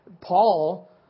Paul